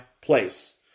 place